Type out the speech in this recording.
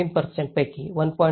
3 पैकी 1